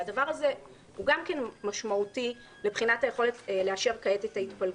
הדבר הזה גם משמעותי מבחינת היכולת לאשר כעת את ההתפלגות.